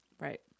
Right